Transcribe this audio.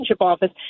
Office